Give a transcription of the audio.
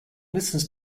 listens